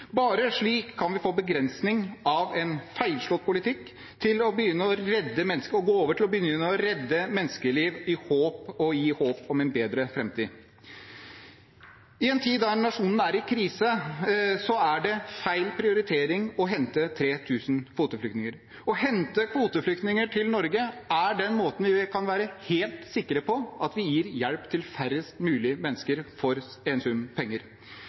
Bare slik kan vi få en begrensning av en feilslått politikk og gå over til å begynne å redde menneskeliv og gi håp om en bedre framtid. I en tid da nasjonen er i krise, er det feil prioritering å hente 3 000 kvoteflyktninger. Ved å hente kvoteflyktninger til Norge kan vi være helt sikre på at vi gir hjelp til færrest mulig mennesker for en sum penger.